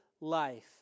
Life